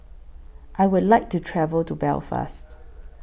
I Would like to travel to Belfast